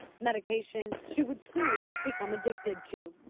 medication she would soon become addicted to.